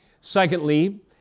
Secondly